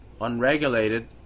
unregulated